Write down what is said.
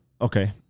Okay